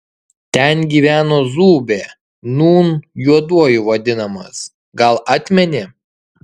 ten gyveno zūbė nūn juoduoju vadinamas gal atmeni